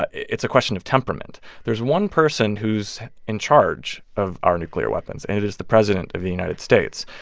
but it's a question of temperament there's one person who's in charge of our nuclear weapons, and it is the president of the united states.